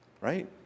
right